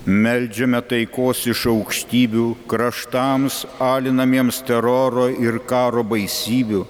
meldžiame taikos iš aukštybių kraštams alinamiems teroro ir karo baisybių